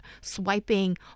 swiping